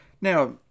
Now